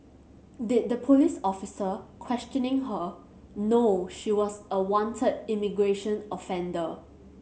did the police officer questioning her know she was a wanted immigration offender